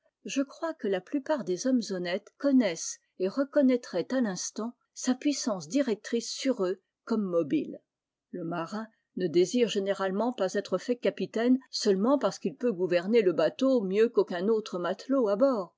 je crois que la plupart des hommes honnêtes connaissent et reconnaîtraient à l'instant sa puissance directrice sur eux comme mobile le marin ne désire généralement pas être fait capitaine seulement parce qu'il peut gouverner le bateau mieux qu'aucun autre matelot à bord